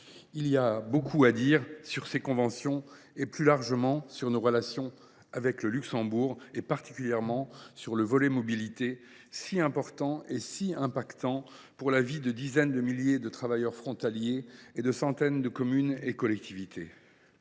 il y aurait beaucoup à dire sur ces conventions et, plus largement, sur nos relations avec le Luxembourg, tout particulièrement sur le volet mobilité, si important pour la vie de dizaines de milliers de travailleurs frontaliers et de centaines de communes et collectivités.